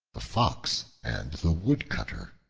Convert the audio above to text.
the fox and the woodcutter